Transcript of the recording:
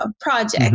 project